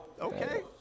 Okay